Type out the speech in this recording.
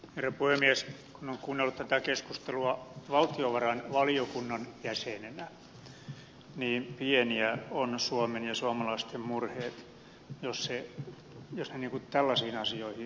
kun on kuunnellut tätä keskustelua valtiovarainvaliokunnan jäsenenä niin pieniä ovat suomen ja suomalaisten murheet jos he tällaisiin asioihin käpertyvät